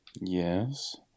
yes